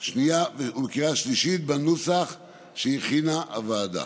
השנייה ובקריאה השלישית בנוסח שהכינה הוועדה.